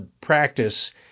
practice